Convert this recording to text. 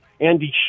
Andy